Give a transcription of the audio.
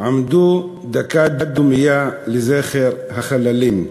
עמדו דקת דומייה לזכר החללים.